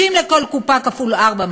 50 לכל קופה כפול ארבע,